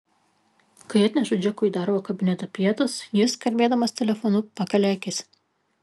kai atnešu džekui į darbo kabinetą pietus jis kalbėdamas telefonu pakelia akis